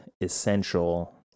essential